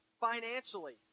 financially